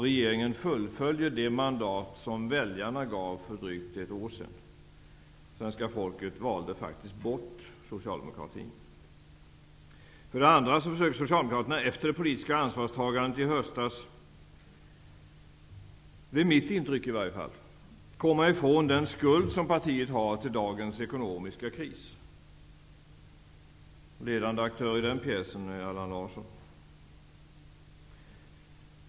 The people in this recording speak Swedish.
Regeringen fullföljer det mandat som väljarna för drygt ett år sedan gav. Svenska folket valde faktiskt bort socialdemokratin. För det andra försöker Socialdemokraterna, efter det politiska ansvarstagandet i höstas, komma ifrån den skuld som partiet har till dagens ekonomiska kris. Ledande aktör i den pjäsen är Allan Larsson.